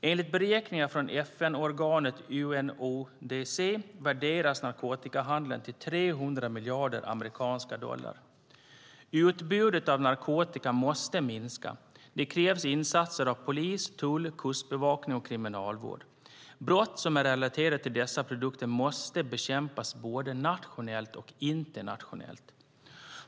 Enligt beräkningar från FN-organet UNODC värderas narkotikahandeln till 300 miljarder amerikanska dollar. Utbudet av narkotika måste minska. Det krävs insatser av polis, tull, kustbevakning och kriminalvård. Brott som är relaterade till dessa produkter måste bekämpas både nationellt och internationellt.